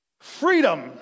freedom